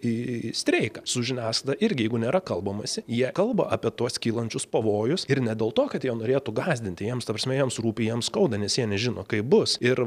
į į streiką su žiniasklaida irgi jeigu nėra kalbamasi jie kalba apie tuos kylančius pavojus ir ne dėl to kad jie norėtų gąsdinti jiems ta prasme jiems rūpi jiems skauda nes jie nežino kaip bus ir